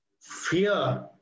fear